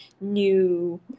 new